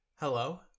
Hello